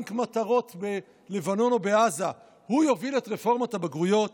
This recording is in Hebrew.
בבנק מטרות בלבנון או בעזה הוא יוביל את רפורמת הבגרויות?